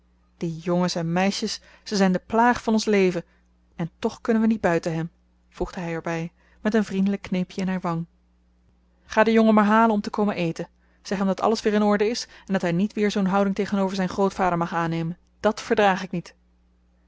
die jongens en meisjes ze zijn de plaag van ons leven en toch kunnen we niet buiten hen voegde hij er bij met een vriendelijk kneepje in haar wang ga den jongen maar halen om te komen eten zeg hem dat alles weer in orde is en dat hij niet weer zoo'n houding tegenover zijn grootvader mag aannemen dat verdraag ik niet